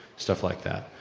stuff like that.